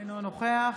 אינו נוכח